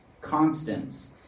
constants